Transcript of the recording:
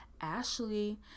ashley